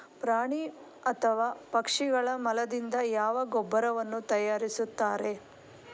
ಪ್ರಾಣಿ ಅಥವಾ ಪಕ್ಷಿಗಳ ಮಲದಿಂದ ಯಾವ ಗೊಬ್ಬರವನ್ನು ತಯಾರಿಸುತ್ತಾರೆ?